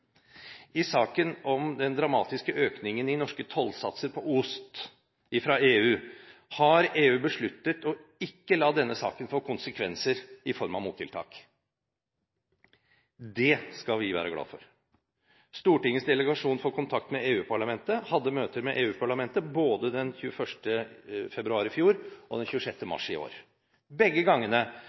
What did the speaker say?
I saken om den dramatiske økningen i norske tollsatser på ost fra EU, har EU besluttet ikke å la denne saken få konsekvenser i form av mottiltak. Det skal vi være glade for. Stortingets delegasjon for kontakt med EU-parlamentet hadde møter med EU-parlamentet både 21. februar i fjor og 26. mars i år. Begge gangene